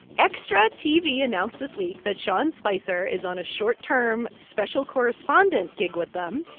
extra tv announced this week that sean spicer is on a short-term special correspondent gig with them,